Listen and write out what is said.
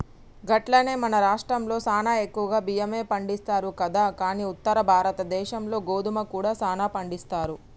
గట్లనే మన రాష్ట్రంలో సానా ఎక్కువగా బియ్యమే పండిస్తారు కదా కానీ ఉత్తర భారతదేశంలో గోధుమ కూడా సానా పండిస్తారు